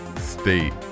state